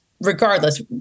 regardless